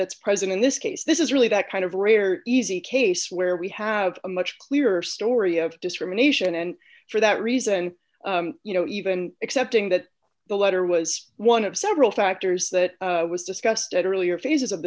that's present in this case this is really that kind of rare easy case where we have a much clearer story of discrimination and for that reason you know even accepting that the letter was one of several factors that was discussed earlier phases of